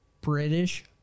british